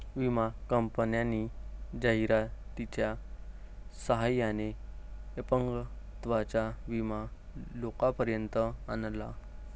विमा कंपन्यांनी जाहिरातीच्या सहाय्याने अपंगत्वाचा विमा लोकांपर्यंत आणला